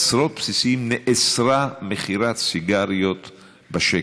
בעשרות בסיסים נאסרה מכירת סיגריות בשק"ם.